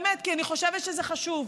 כי אני חושבת שזה חשוב,